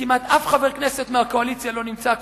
שכמעט אף חבר כנסת מהקואליציה לא נמצא כאן.